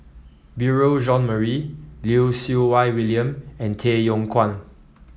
Beurel Jean Marie Lim Siew Wai William and Tay Yong Kwang